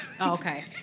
Okay